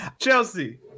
Chelsea